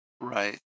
Right